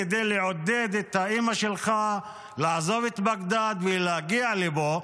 כדי לעודד את אימא שלך לעזוב את בגדאד ולהגיע לפה.